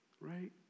right